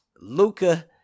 Luka